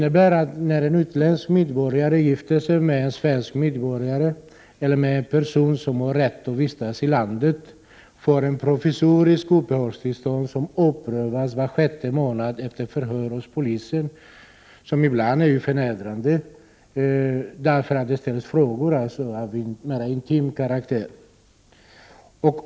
En utländsk medborgare, som gifter sig med en svensk medborgare eller med en person som har rätt att vistas i landet, får provisoriskt uppehållstillstånd, som omprövas var sjätte månad efter förhör hos polisen, vilken, ibland kan vara förnedrande därför att det ställs frågor av mera intim karaktär.